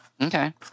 Okay